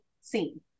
seen